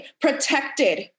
protected